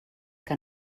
que